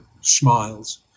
Smiles